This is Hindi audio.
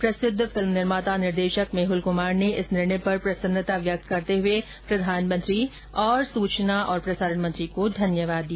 प्रसिद्ध फिल्म निर्माता निर्देशक मेहुल कुमार ने इस निर्णय पर प्रसन्नता व्यक्त करते हुए प्रधानमंत्री और सूचना और प्रसारण मंत्री को धन्यवाद दिया